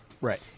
Right